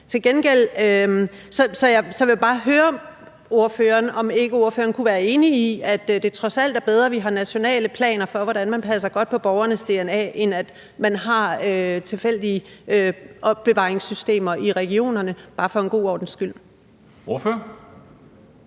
Så jeg vil bare høre ordføreren, om ikke ordføreren kunne være enig i, at det trods alt er bedre, at vi har nationale planer for, hvordan man passer godt på borgernes dna, end at man har tilfældige opbevaringssystemer i regionerne – bare for god ordens skyld. Kl.